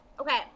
Okay